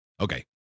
okay